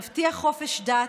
תבטיח חופש דת,